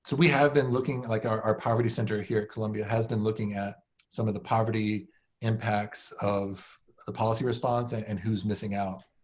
so we have been looking like our our poverty center here at columbia has been looking at some of the poverty impacts of the policy response ah and who's missing out.